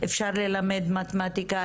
אפשר ללמד מתמטיקה,